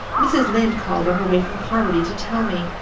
mrs. lynde called on her way from carmody to tell me.